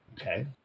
Okay